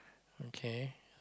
okay